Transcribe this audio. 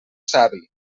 savi